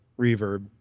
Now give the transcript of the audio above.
reverb